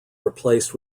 replaced